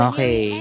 Okay